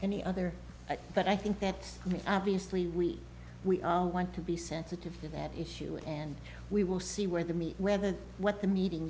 any other but i think that we obviously we we are want to be sensitive to that issue and we will see where the meat whether what the meeting